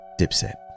Dipset